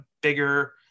bigger